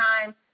time